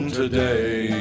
today